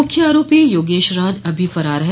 मुख्य आरोपी योगेश राज अभी फरार है